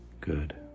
Good